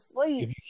sleep